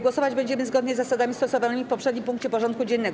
Głosować będziemy zgodnie z zasadami stosowanymi w poprzednim punkcie porządku dziennego.